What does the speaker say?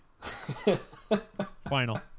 Final